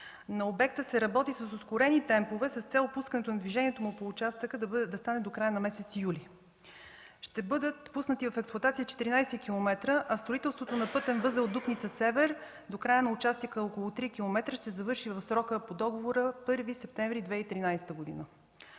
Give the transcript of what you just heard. на обекта се работи с ускорени темпове с цел пускането на движението по участъка да стане до края на месец юли. Ще бъдат пуснати в експлоатация 14 км, а строителството на пътен възел „Дупница-Север” до края на участъка – около три километра, ще завърши в срока по договора – 1 септември 2013 г.